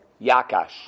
Yakash